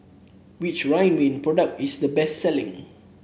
which Ridwind product is the best selling